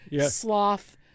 sloth—